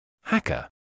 Hacker